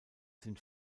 sind